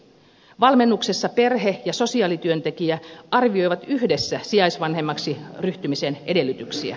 valmennuksessa perhe ja sosiaalityöntekijä arvioivat yhdessä sijaisvanhemmaksi ryhtymisen edellytyksiä